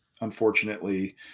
unfortunately